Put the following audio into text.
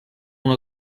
una